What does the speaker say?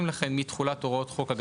מתחולת הוראת חוק זה,